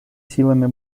силами